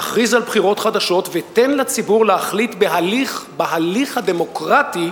תכריז על בחירות חדשות ותן לציבור להחליט בהליך הדמוקרטי,